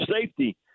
safety